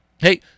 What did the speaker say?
Hey